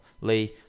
Lee